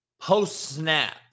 post-snap